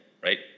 right